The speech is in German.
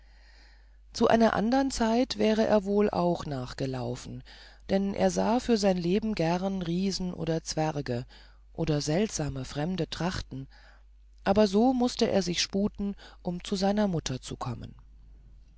zu einer andern zeit wäre er wohl auch nachgelaufen denn er sah für sein leben gern riesen oder zwerge oder seltsame fremde trachten aber so mußte er sich sputen um zur mutter zu kommen